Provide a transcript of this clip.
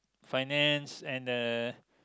finance and uh